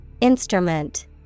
Instrument